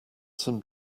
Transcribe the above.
some